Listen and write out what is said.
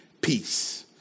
peace